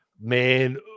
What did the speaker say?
Man